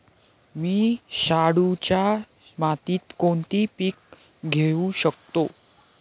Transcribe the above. मी शाडूच्या मातीत कोणते पीक घेवू शकतो?